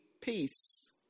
peace